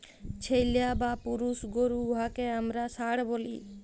ছেইল্যা বা পুরুষ গরু উয়াকে আমরা ষাঁড় ব্যলি